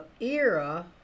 era